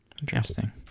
Interesting